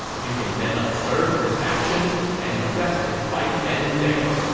you can then observe his actions and arrest him right then and there.